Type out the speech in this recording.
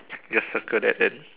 just circle that then